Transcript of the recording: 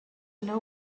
know